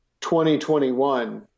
2021